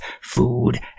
food